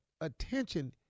attention